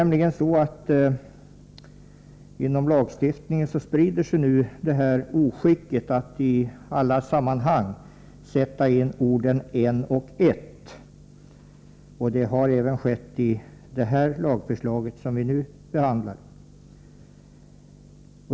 Vid lagstiftning sprider sig nu oskicket att i alla sammanhang sätta in orden ”en och ett”, vilket skett även när det gäller det lagförslag som vi nu behandlar.